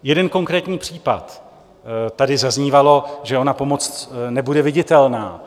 Jeden konkrétní případ tady zaznívalo, že ona pomoc nebude viditelná.